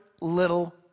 little